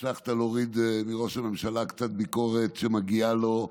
הצלחת להוריד מראש הממשלה קצת ביקורת שמגיעה לו,